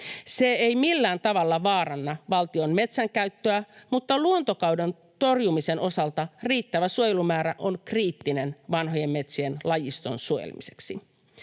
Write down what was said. Se ei millään tavalla vaaranna valtion metsänkäyttöä, mutta luontokadon torjumisen osalta riittävä suojelumäärä on kriittinen vanhojen metsien lajiston suojelemiseksi.